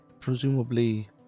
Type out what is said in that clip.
presumably